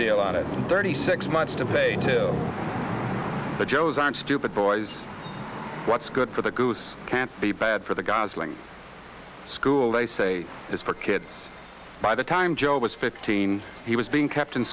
deal on it thirty six months to pay to the joes aren't stupid boys what's good for the goose can't be bad for the goslings school they say is for kids by the time joe was fifteen he was being kept in